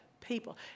people